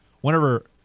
whenever